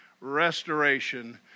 restoration